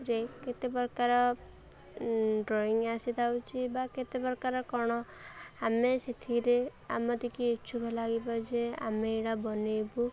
କେତେ ପ୍ରକାର ଡ୍ରଇଂ ଆସିଥାଉଛି ବା କେତେ ପ୍ରକାର କ'ଣ ଆମେ ସେଥିରେ ଆମଟି ଇଚ୍ଛୁକ ଲାଗିବ ଯେ ଆମେ ଏଇଡ଼ା ବନେଇବୁ